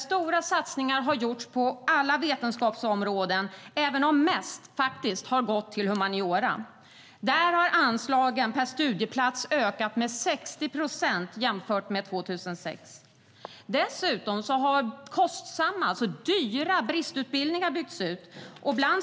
Stora satsningar har gjorts på alla vetenskapsområden, även om mest har gått till humaniora. Där har anslagen per studieplats ökat med 60 procent jämfört med 2006. Dessutom har kostsamma, dyra bristutbildningar byggts ut.